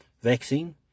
vaccine